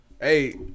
Hey